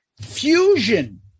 Fusion